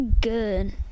Good